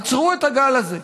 עצרו את הגל הזה.